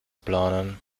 planen